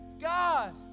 God